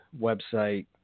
website